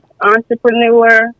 entrepreneur